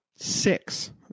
Six